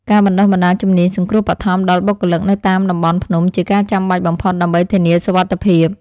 ការបណ្តុះបណ្តាលជំនាញសង្គ្រោះបឋមដល់បុគ្គលិកនៅតាមតំបន់ភ្នំជាការចាំបាច់បំផុតដើម្បីធានាសុវត្ថិភាព។